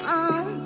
on